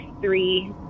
three